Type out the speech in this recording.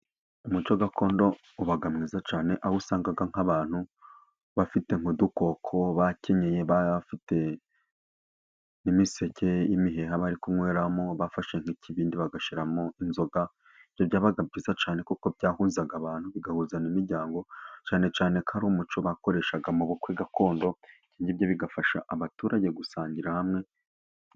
Umuco gakondo uba mwiza cyane, aho usanga nk'abantu bafite nk'udukoko, bakenyeye bafite n'imiseke, (imiheha) bari kunyweramo bafashe nk'ikibindi bagashyiramo inzoga. Ibyo byabaga byiza cyane kuko byahuzaga abantu bigahuza n'imiryango, cyane cyane ko ari umuco bakoreshaga mu bukwe gakondo, ibyo bigafasha abaturage gusangira hamwe.